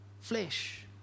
flesh